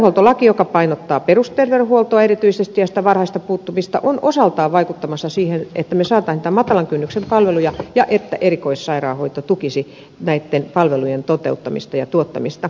terveydenhuoltolaki joka painottaa perusterveydenhuoltoa erityisesti ja sitä varhaista puuttumista on osaltaan vaikuttamassa siihen että me saisimme niitä matalan kynnyksen palveluja ja että erikoissairaanhoito tukisi näitten palvelujen toteuttamista ja tuottamista